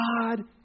God